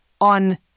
on